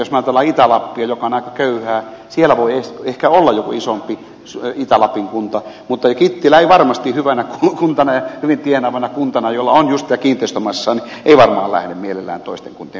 jos me ajattelemme itä lappia joka on aika köyhää siellä voi ehkä olla joku isompi itä lapin kunta mutta kittilä ei varmasti hyvänä kuntana ja hyvin tienaavana kuntana jolla on just tätä kiinteistömassaa lähde mielellään toisten kuntien kanssa yhteistyöhön